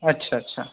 अच्छा अच्छा